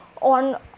on